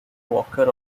walker